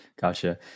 Gotcha